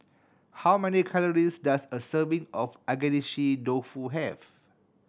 how many calories does a serving of Agedashi Dofu have